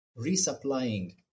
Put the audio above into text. resupplying